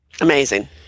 Amazing